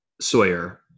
Sawyer